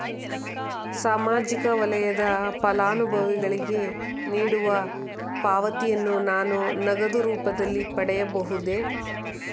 ಸಾಮಾಜಿಕ ವಲಯದ ಫಲಾನುಭವಿಗಳಿಗೆ ನೀಡುವ ಪಾವತಿಯನ್ನು ನಾನು ನಗದು ರೂಪದಲ್ಲಿ ಪಡೆಯಬಹುದೇ?